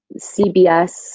CBS